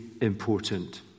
important